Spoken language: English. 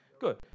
Good